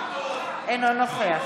אינו נוכח